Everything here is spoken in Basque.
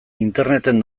interneten